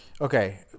okay